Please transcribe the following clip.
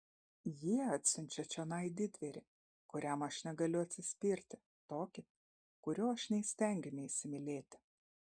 jie atsiunčia čionai didvyrį kuriam aš negaliu atsispirti tokį kurio aš neįstengiu neįsimylėti